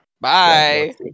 bye